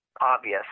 obvious